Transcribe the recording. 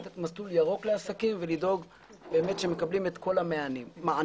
לתת מסלול ירוק לעסקים ולדאוג לכך שהם באמת מקבלים את כל המענים.